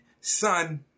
son